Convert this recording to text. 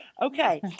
Okay